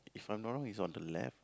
if I'm not wrong it's on the left